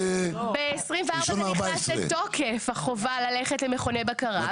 ב-2024 זה נכנס לתוקף החובה ללכת למכוני בקרה.